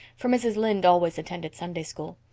for mrs. lynde always attended sunday school.